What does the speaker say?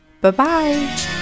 Bye-bye